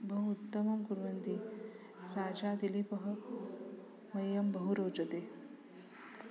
बहु उत्तमं कुर्वन्ति राजा दिलीपः मह्यं बहु रोचते